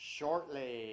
Shortly